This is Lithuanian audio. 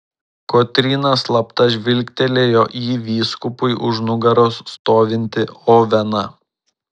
kotryna slapta žvilgtelėjo į vyskupui už nugaros stovintį oveną